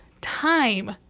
time